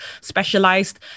specialized